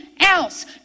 else